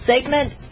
segment